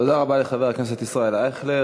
תודה רבה לחבר הכנסת ישראל אייכלר.